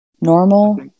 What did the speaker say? normal